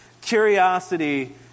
curiosity